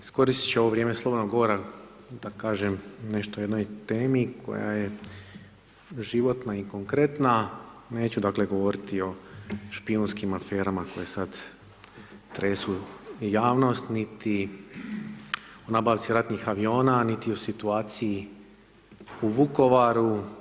Iskoristiti ću ovo vrijeme slobodnog govora da kažem nešto o jednoj temi koja je životna i konkretna, neću dakle govoriti o špijunskim aferama koje sada tresu javnost niti o nabavci ratnih aviona niti o situaciji u Vukovaru.